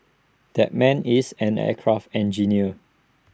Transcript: that man is an aircraft engineer